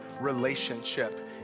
relationship